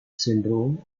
syndrome